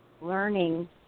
learning